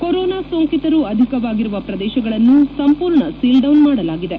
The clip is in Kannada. ಕೊರೊನಾ ಸೋಂಕಿತರು ಅಧಿಕವಾಗಿರುವ ಪ್ರದೇಶಗಳನ್ನು ಸಂಪೂರ್ಣ ಸೀಲ್ಡೌನ್ ಮಾಡಲಾಗಿದೆ